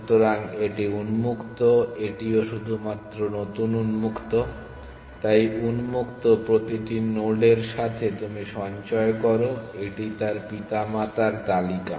সুতরাং এটি উন্মুক্ত এটিও শুধুমাত্র নতুন উন্মুক্ত তাই উন্মুক্ত প্রতিটি নোডের সাথে তুমি সঞ্চয় করো এটি তার পিতামাতার পিতামাতার তালিকা